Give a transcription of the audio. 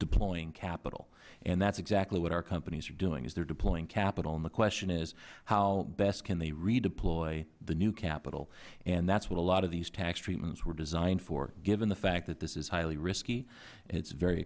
deploying capital and that's exactly what our companies are doing is they're deploying capital and the question is how best can they redeploy the new capital and that's what a lot of these tax treatments were designed for given the fact that this is highly risky it's very